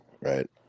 right